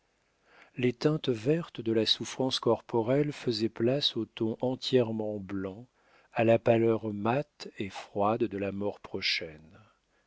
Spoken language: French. les teintes vertes de la souffrance corporelle faisaient place aux tons entièrement blancs à la pâleur mate et froide de la mort prochaine